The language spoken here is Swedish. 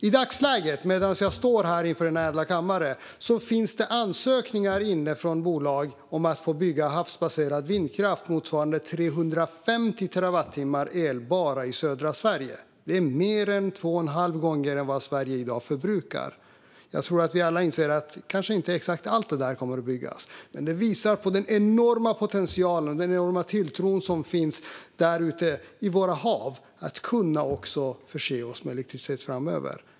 I dagsläget, medan jag står inför denna ädla kammare, ligger det ansökningar inne från bolag om att få bygga havsbaserad vindkraft motsvarande 350 terawattimmar el bara i södra Sverige. Det är mer än två och en halv gånger vad Sverige förbrukar i dag. Jag tror att vi alla inser att exakt allt det där kanske inte kommer att byggas, men det visar på den enorma potentialen och på den tilltro som finns där ute till att våra hav kan förse oss med elektricitet framöver.